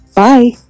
Bye